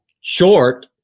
short